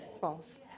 False